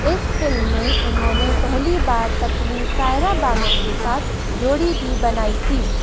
इस फ़िल्म में उन्होंने पहली बार पत्नी सायरा बानो के साथ जोड़ी भी बनाई थी